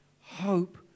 Hope